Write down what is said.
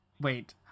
wait